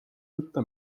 võtta